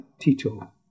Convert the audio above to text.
Tito